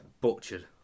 butchered